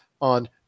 on